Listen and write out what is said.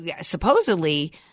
supposedly –